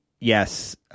Yes